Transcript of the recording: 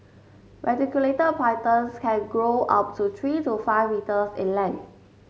pythons can grow up to three to five metres in length